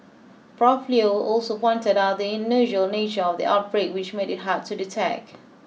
prof Leo also pointed out the unusual nature of the outbreak which made it hard to detect